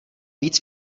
víc